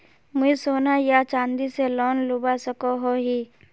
मुई सोना या चाँदी से लोन लुबा सकोहो ही?